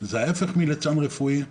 זה ההיפך מליצן רפואי,